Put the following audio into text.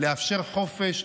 לאפשר חופש,